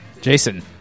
jason